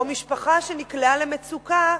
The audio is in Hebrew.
או משפחה שנקלעה למצוקה,